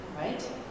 Right